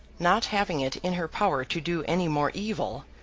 not having it in her power to do any more evil,